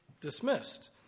dismissed